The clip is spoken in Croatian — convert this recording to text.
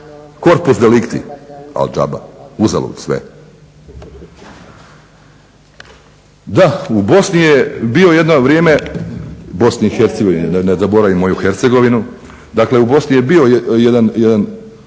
corpus delicti, ali džaba, uzalud sve. Da, u Bosni je bio jedno vrijeme, Bosni i Hercegovini da ne zaboravim moju Hercegovinu, dakle u Bosni je bio jedan